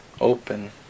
open